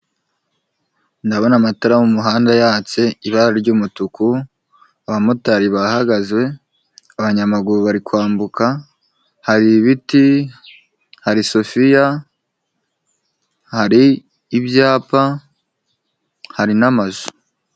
Ndabona amatara mu muhanda yatse ibara ry'umutuku, abamotari bahagaze, abanyamaguru bari kwambuka, hari ibiti, hari sofiya, hari ibyapa, hari n'amazu